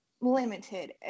limited